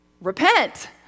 repent